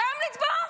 אותם לתבוע?